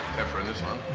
pepper in this one.